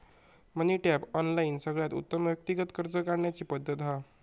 मनी tap, online सगळ्यात उत्तम व्यक्तिगत कर्ज काढण्याची पद्धत हा